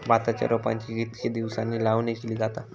भाताच्या रोपांची कितके दिसांनी लावणी केली जाता?